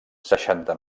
seixanta